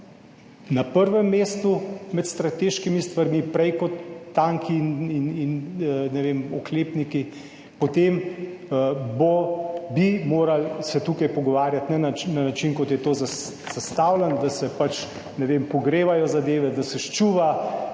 na prvem mestu med strateškimi stvarmi. Prej kot tanki in, ne vem, oklepniki, potem bi morali se tukaj pogovarjati ne na način kot je to zastavljeno, da se pač, ne vem, pogrevajo zadeve, da se ščuva